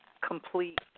complete